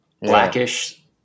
Blackish